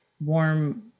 warm